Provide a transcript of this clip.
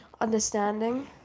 understanding